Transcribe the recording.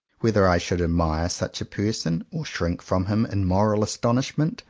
whether i should admire such a person, or shrink from him in moral astonishment,